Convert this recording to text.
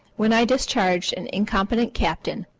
when i discharged an incompetent captain,